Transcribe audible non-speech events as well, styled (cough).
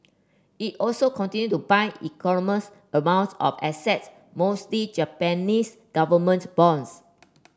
it also continue to buy (unintelligible) amounts of assets mostly Japanese government bonds